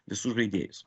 visus žaidėjus